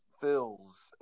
fills